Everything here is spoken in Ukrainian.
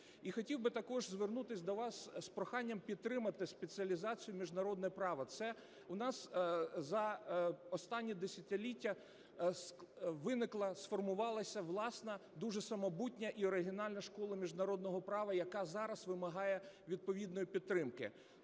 І хотів би також звернутись до вас з проханням підтримати спеціалізацію "Міжнародне право". Це у нас за останнє десятиліття виникла, сформувалася власна, дуже самобутня і оригінальна школа міжнародного права, яка зараз вимагає відповідної підтримки.